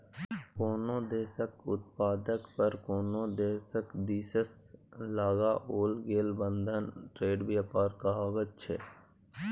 कोनो देशक उत्पाद पर कोनो देश दिससँ लगाओल गेल बंधन ट्रेड व्यापार कहाबैत छै